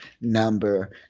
number